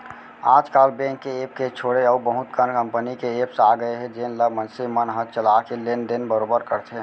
आज काल बेंक के ऐप के छोड़े अउ बहुत कन कंपनी के एप्स आ गए हे जेन ल मनसे मन ह चला के लेन देन बरोबर करथे